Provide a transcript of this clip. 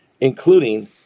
including